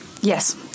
yes